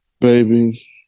baby